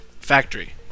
factory